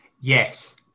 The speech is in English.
Yes